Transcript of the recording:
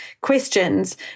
questions